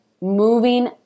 moving